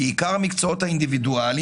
בעיקר המקצועות האינדיבידואליים,